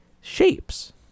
shapes